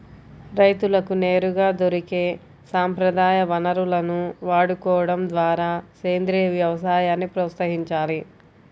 రైతులకు నేరుగా దొరికే సంప్రదాయ వనరులను వాడుకోడం ద్వారా సేంద్రీయ వ్యవసాయాన్ని ప్రోత్సహించాలి